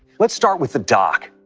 let's start with the dock,